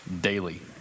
daily